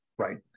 Right